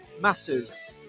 matters